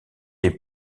est